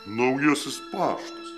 naujasis paštas